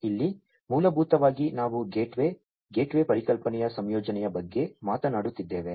ಇಲ್ಲಿ ಮೂಲಭೂತವಾಗಿ ನಾವು ಗೇಟ್ವೇ ಗೇಟ್ವೇ ಪರಿಕಲ್ಪನೆಯ ಸಂಯೋಜನೆಯ ಬಗ್ಗೆ ಮಾತನಾಡುತ್ತಿದ್ದೇವೆ